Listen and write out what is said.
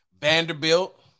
Vanderbilt